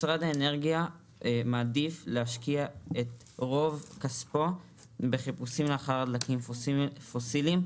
משרד האנרגיה מעדיף להשקיע את רוב כספו בחיפושים אחר דלקים פוסיליים,